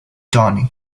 donny